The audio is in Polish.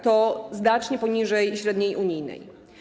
To znacznie poniżej średniej unijnej.